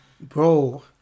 Bro